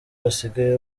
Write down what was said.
basigaye